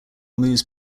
moves